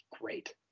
great